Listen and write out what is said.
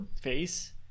face